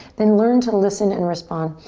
then learn to listen and respond.